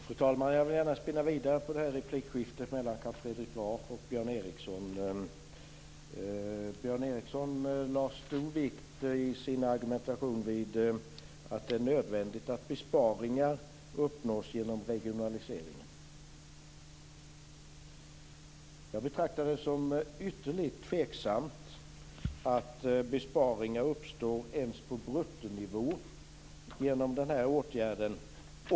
Fru talman! Jag vill gärna spinna vidare på replikskiftet mellan Carl Fredrik Graf och Björn Ericson. Björn Ericson lade i sin argumentation stor vikt vid att det är nödvändigt att besparingar uppnås genom regionaliseringen. Jag betraktar det som ytterligt tveksamt att besparingar uppstår ens på bruttonivå genom den här åtgärden.